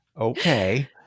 Okay